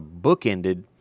bookended